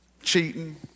Cheating